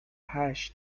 hash